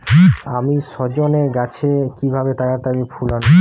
আমি সজনে গাছে কিভাবে তাড়াতাড়ি ফুল আনব?